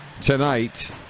tonight